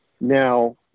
Now